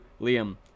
Liam